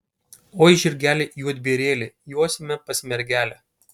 oi žirgeli juodbėrėli josime pas mergelę